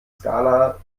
skala